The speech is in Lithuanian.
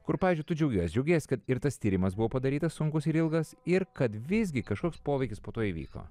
kur pavyzdžiui tu džiaugiesi džiaugiesi kad ir tas tyrimas buvo padarytas sunkus ir ilgas ir kad visgi kažkoks poveikis po to įvyko